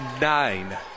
nine